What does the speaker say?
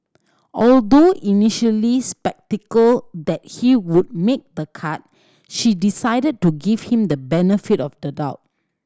although initially sceptical that he would make the cut she decided to give him the benefit of the doubt